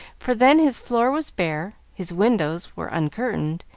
for then his floor was bare, his windows were uncurtained,